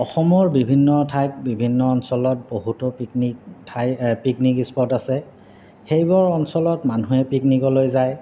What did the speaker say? অসমৰ বিভিন্ন ঠাইত বিভিন্ন অঞ্চলত বহুতো পিকনিক ঠাই পিকনিক স্পট আছে সেইবোৰ অঞ্চলত মানুহে পিকনিকলৈ যায়